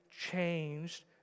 changed